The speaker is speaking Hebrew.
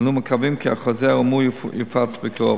אנו מקווים כי החוזר האמור יופץ בקרוב.